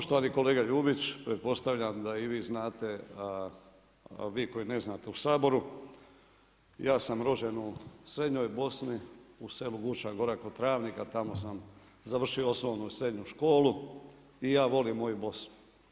Poštovani kolega Ljubić pretpostavljam da i vi znate, vi koji ne znate u Saboru, ja sam rođen u srednjoj Bosni u selu Vuča Gora kod Tranika, tamo sam završio osnovnu i srednju školu i ja volim moju Bosnu.